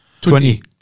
twenty